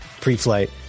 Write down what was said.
pre-flight